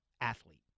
athlete